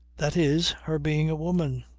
that is her being a woman.